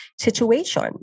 situation